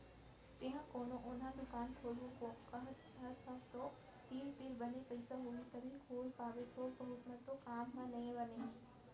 तेंहा कोनो ओन्हा दुकान खोलहूँ कहत हस तव तो तोर तीर बने पइसा होही तभे खोल पाबे थोक बहुत म तो काम ह नइ बनय